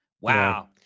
Wow